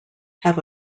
have